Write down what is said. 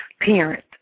parent